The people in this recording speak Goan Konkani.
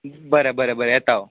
हय बरें बरें येतां हांव